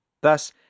Thus